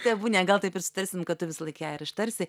tebūnie gal taip ir sutarsim kad tu visąlaik ją ir ištarsi